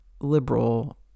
liberal